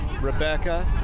Rebecca